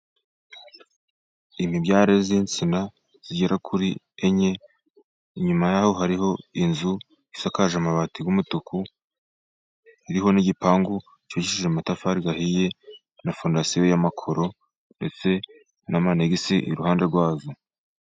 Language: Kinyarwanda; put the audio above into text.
Imibyare y'insina zigera kuri enye. Inyuma y'aho hariho inzu isakaje amabati y'umutuku, iriho n'igipangu cyubakishije amatafari ahiye na fondasiyo y'amakoro ndetse n'amanegisi iruhande rwazo.